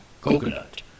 coconut